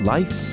Life